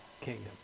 kingdom